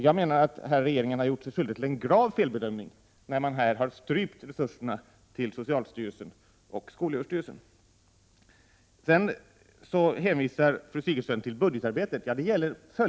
Jag menar att Fru Sigurdsen hänvisar vidare till budgetarbetet, men det är då nästföljande budgetår som avses.